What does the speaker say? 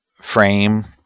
frame